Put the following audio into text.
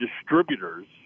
distributors